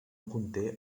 conté